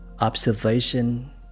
observation